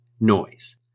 noise